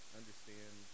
understand